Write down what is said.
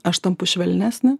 aš tampu švelnesnė